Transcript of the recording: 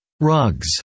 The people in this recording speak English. Rugs